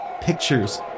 Pictures